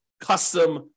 custom